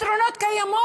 הפתרונות קיימים.